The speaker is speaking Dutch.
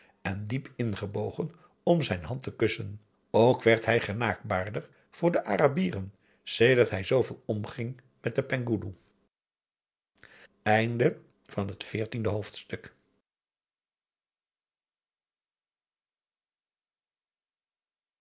en diep inbogen om zijn hand te kussen ook werd hij genaakbaarder voor de arabieren sedert hij zooveel omging met den penghoeloe p